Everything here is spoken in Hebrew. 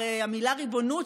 הרי המילה ריבונות,